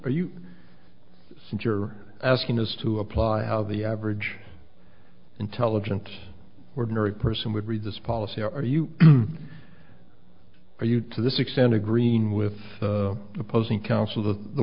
for you since you're asking us to apply how the average intelligence ordinary person would read this policy are you are you to this extent a green with opposing counsel to the